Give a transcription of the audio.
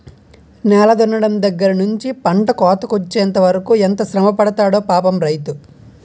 నేల దున్నడం దగ్గర నుంచి పంట కోతకొచ్చెంత వరకు ఎంత శ్రమపడతాడో పాపం రైతు